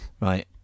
Right